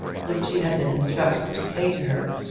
which he had been instructed to pay to her,